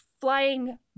flying